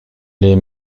les